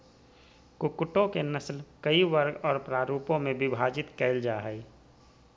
कुक्कुटों के नस्ल कई वर्ग और प्ररूपों में विभाजित कैल जा हइ